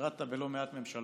שירת בלא מעט ממשלות,